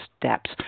steps